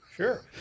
Sure